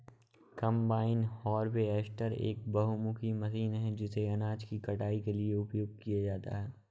combine harvester एक बहुमुखी machine है जिसे अनाज की कटाई के लिए उपयोग किया जाता है